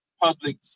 public